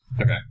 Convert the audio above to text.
Okay